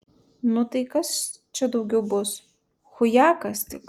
nu tai kas čia daugiau bus chujakas tik